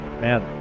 man